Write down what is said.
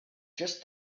just